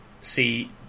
See